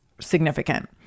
significant